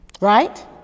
Right